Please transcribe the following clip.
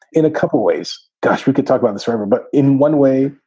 in a couple of ways that we could talk about this forever. but in one way,